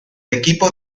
equipo